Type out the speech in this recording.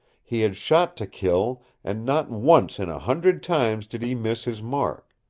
he had shot to kill, and not once in a hundred times did he miss his mark.